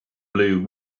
blue